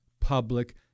public